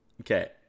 Okay